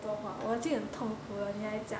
多话我已经很痛苦了你还讲